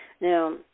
Now